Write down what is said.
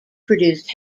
produced